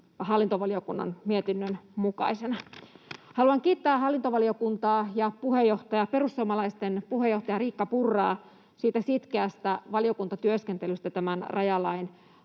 hallintovaliokunnan mietinnön mukaisena. Haluan kiittää hallintovaliokuntaa ja sen puheenjohtajaa, perussuomalaisten puheenjohtajaa Riikka Purraa, sitkeästä valiokuntatyöskentelystä tämän rajalain